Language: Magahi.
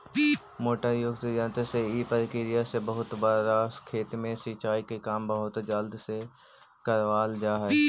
मोटर युक्त यन्त्र से इ प्रक्रिया से बहुत बड़ा खेत में सिंचाई के काम बहुत जल्दी कर लेवल जा हइ